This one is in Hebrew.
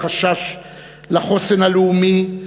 החשש לחוסן הלאומי,